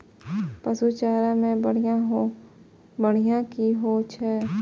पशु चारा मैं बढ़िया की होय छै?